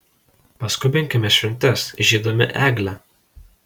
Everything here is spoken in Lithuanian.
paskubinkime šventes įžiebdami eglę